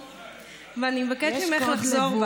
ואני מבקשת ממך לחזור בך.